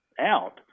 out